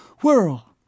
Whirl